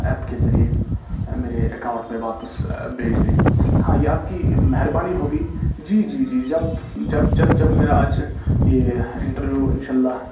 app کے ذریعے میرے اکاؤنٹ میں واپس بھیج دیں ہاں یہ آپ کی مہربانی ہوگی جی جی جب جب جب جب میرا آج یہ انٹرویو ان شاء اللہ